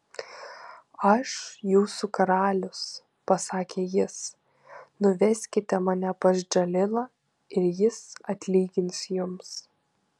aš jūsų karalius pasakė jis nuveskite mane pas džalilą ir jis atlygins jums